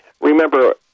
remember